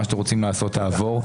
מה שאתם רוצים לעשות תעבור,